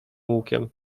lukiem